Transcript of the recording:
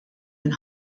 minn